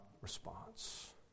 response